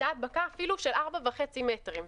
הייתה הדבקה אפילו של 4.5 מטרים.